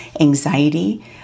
Anxiety